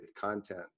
content